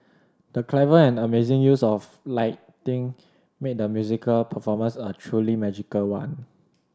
the clever and amazing use of lighting made the musical performance a truly magical one